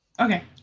Okay